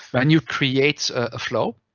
when you create a flow,